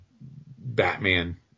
Batman